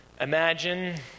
Imagine